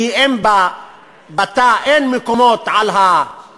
כי בתא אין מקומות על המיטות,